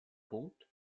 punkt